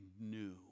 new